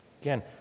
again